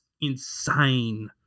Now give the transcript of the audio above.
insane